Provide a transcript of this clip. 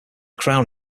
crown